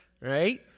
Right